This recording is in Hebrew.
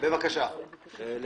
אני יושב פה כבר חצי שעה.